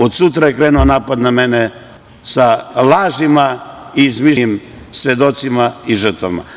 Od sutra je krenuo napad na mene sa lažima i izmišljenim svedocima i žrtvama.